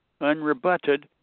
unrebutted